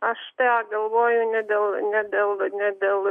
aš tą galvoju ne dėl ne dėl ne dėl